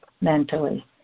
mentally